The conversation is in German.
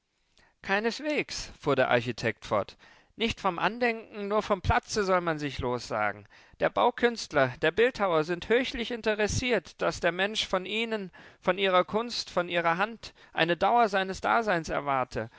keineswegs fuhr der architekt fort nicht vom andenken nur vom platze soll man sich lossagen der baukünstler der bildhauer sind höchlich interessiert daß der mensch von ihnen von ihrer kunst von ihrer hand eine dauer seines daseins erwarte